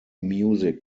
music